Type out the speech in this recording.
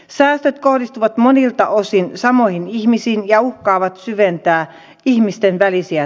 säästöt kohdistuvat monilta osin samoihin ihmisiin ja mukavat syventää ihmisten välisiä